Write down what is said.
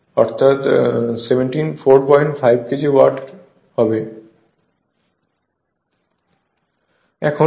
অর্থাৎ 745 KG watt ঠিক আছে